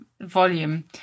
volume